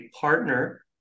partner